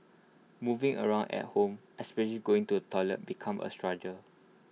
moving around at home especially going to the toilet become A struggle